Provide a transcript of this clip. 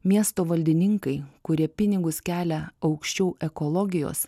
miesto valdininkai kurie pinigus kelia aukščiau ekologijos